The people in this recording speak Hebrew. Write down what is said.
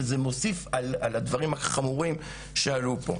וזה מוסיף על הדברים החמורים שעלו פה.